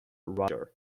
roger